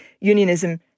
unionism